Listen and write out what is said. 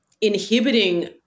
inhibiting